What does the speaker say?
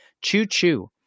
choo-choo